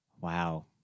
Wow